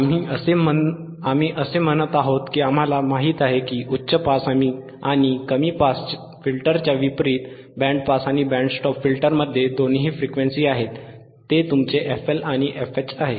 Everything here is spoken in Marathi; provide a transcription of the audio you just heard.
आम्ही असे म्हणत आहोत की आम्हाला माहित आहे की उच्च पास आणि कमी पास फिल्टरच्या विपरीत बँड पास आणि बँड स्टॉप फिल्टरमध्ये दोन फ्रिक्वेन्सी आहेत ते तुमचे FL आणि FH आहे